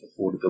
affordability